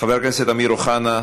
חבר הכנסת אמיר אוחנה,